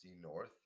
North